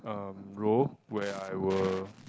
um role where I were